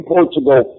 Portugal